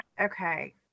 okay